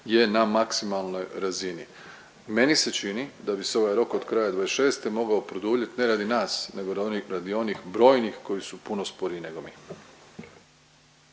je na maksimalnoj razini. Meni se čini da bi se ovaj rok od kraja 2026. mogao produljiti ne radi nas, nego radi onih brojnih koji su puno sporiji nego mi.